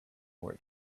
were